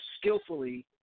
skillfully